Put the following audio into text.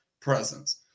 presence